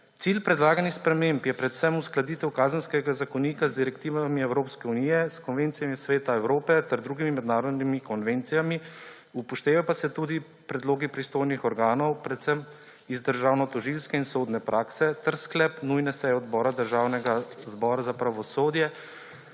Cilj predlaganih sprememb je predvsem uskladitev Kazenskega zakonika z direktivami Evropske unije, s konvencijami Sveta Evrope ter drugimi mednarodnimi konvencijami, upoštevajo pa se tudi predlogi pristojnih organov, predvsem iz državnotožilske in sodne prakse, ter sklep nujne seje Odbora Državnega zbora za pravosodje